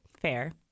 Fair